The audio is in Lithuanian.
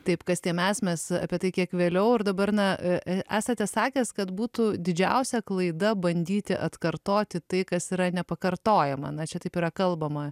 taip kas tie mes mes apie tai kiek vėliau ir dabar na esate sakęs kad būtų didžiausia klaida bandyti atkartoti tai kas yra nepakartojama na čia taip yra kalbama